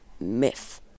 myth